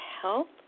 help